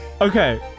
Okay